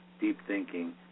deep-thinking